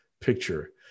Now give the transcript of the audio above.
picture